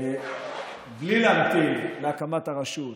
בלי להמתין להקמת הרשות,